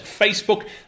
Facebook